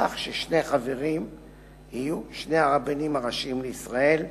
כך ששני חברים יהיו שני הרבנים הראשיים לישראל,